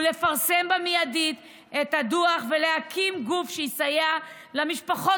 יש לפרסם מיידית את הדוח ולהקים גוף שיסייע למשפחות